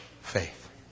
faith